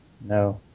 No